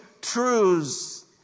truths